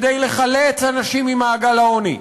כדי לחלץ אנשים ממעגל העוני.